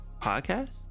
podcast